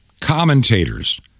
commentators